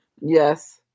Yes